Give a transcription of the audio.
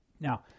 Now